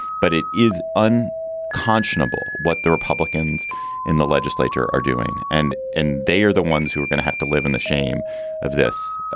but it is un conscionable what the republicans in the legislature are doing and and they are the ones who are going to have to live in the shame of this.